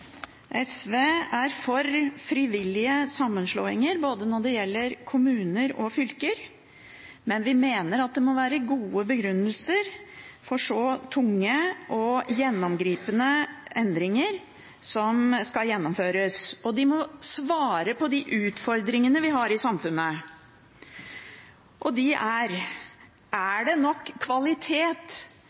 SV er for frivillige sammenslåinger når det gjelder både kommuner og fylker, men vi mener at det må være gode begrunnelser når så tunge og gjennomgripende endringer skal gjennomføres, og de må svare på de utfordringene vi har i samfunnet, som: Er det nok kvalitet